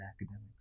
academics